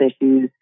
issues